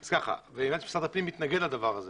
אני מבין שמשרד הפנים מתנגד לדבר הזה.